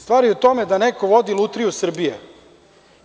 Stvar je u tome da neko vodi Lutriju Srbije